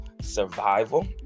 survival